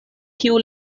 kiu